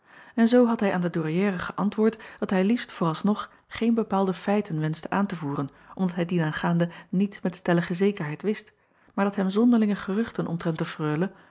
en zoo had hij aan de ouairière geäntwoord dat hij liefst vooralsnog geen bepaalde feiten wenschte aan te voeren omdat hij dienaangaande niets met stellige zekerheid wist maar dat hem zonderlinge geruchten omtrent de reule